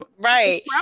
Right